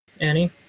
Annie